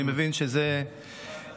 אני מבין שזה בוועדה,